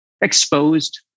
exposed